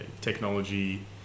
technology